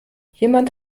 jemand